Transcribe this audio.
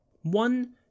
One